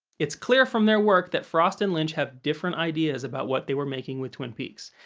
it's clear from their work that frost and lynch have different ideas about what they were making with twin peaks,